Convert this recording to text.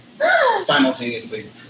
Simultaneously